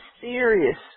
serious